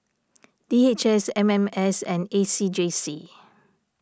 D H S M M S and A C J C